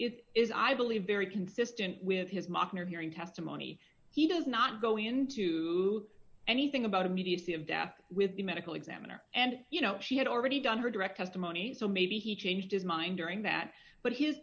it is i believe very consistent with his mom her hearing testimony he does not go into anything about immediacy of death with the medical examiner and you know she had already done her direct testimony so maybe he changed his mind during that but his